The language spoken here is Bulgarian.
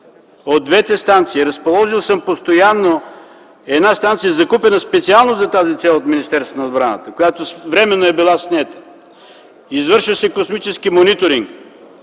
от двете станции. Разположил съм постоянно една станция, закупена специално за тази цел от Министерството на отбраната, която временно е била снета. Извършва се космически мониторинг.